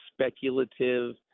speculative